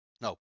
No